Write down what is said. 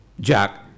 Jack